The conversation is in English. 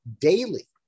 daily